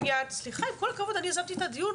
סליחה עם כל הכבוד אני יזמתי את הדיון,